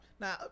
Now